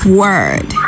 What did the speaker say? word